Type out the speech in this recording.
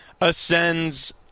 ascends